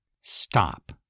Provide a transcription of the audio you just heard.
stop